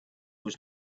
was